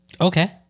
Okay